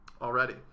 Already